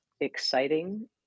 exciting